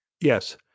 Yes